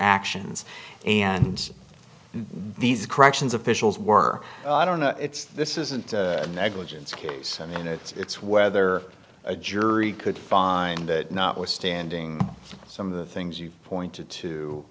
actions and these corrections officials were i don't know it's this isn't negligence i mean it's whether a jury could find that notwithstanding some of the things you pointed to